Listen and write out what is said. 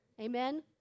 Amen